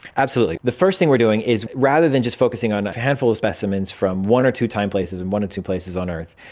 absolutely. the first thing we're doing is rather than just focusing on a handful of specimens from one or two time places and one or two places on earth,